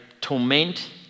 torment